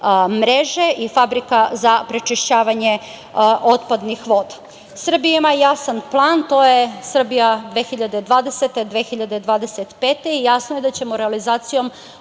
mreže i fabrika za prečišćavanje otpadnih voda. Srbija ima jasan plan, to je Srbija 2020-2025. i jasno je da ćemo realizacijom